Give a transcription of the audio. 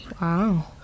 Wow